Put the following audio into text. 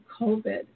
COVID